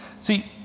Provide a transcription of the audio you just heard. See